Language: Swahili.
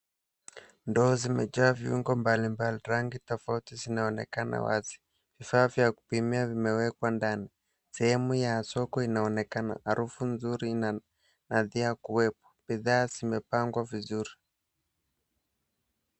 Ndoo zimejaa viungo mbalimbali, rangi tofauti zinaonekana wazi. 𝑉𝑖faa vya kupimia vimewekwa ndani. Sehemu ya soko inaonekana. Harufu nzuri ina nadhia kuwepo. Bidhaa zimepangwa vizuri.